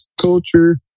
culture